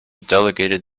delegated